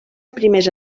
primers